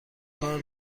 کار